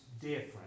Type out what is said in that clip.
different